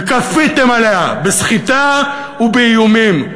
וכפיתם עליה בסחיטה ובאיומים.